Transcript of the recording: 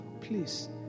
please